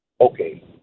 Okay